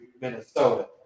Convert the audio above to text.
Minnesota